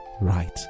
right